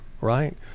right